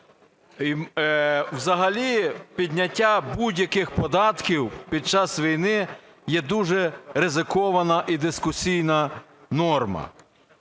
Взагалі підняття будь-яких податків під час війни є дуже ризикована і дискусійна норма.